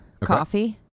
Coffee